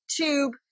tube